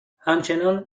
همچنان